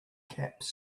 caps